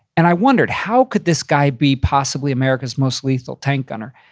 and i wondered how could this guy be possibly american's most lethal tank gunner?